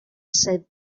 said